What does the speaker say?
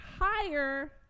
higher